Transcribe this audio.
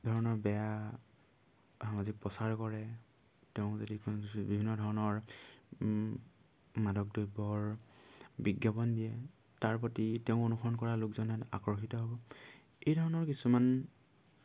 ধৰণৰ বেয়া সামাজিক প্ৰচাৰ কৰে তেওঁ যদি বিভিন্ন ধৰণৰ মাদক দ্ৰব্যৰ বিজ্ঞাপন দিয়ে তাৰ প্ৰতি তেওঁ অনুসৰণ কৰা লোকজনে আকৰ্ষিত হ'ব এই ধৰণৰ কিছুমান